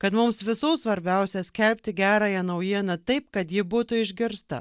kad mums visų svarbiausia skelbti gerąją naujieną taip kad ji būtų išgirsta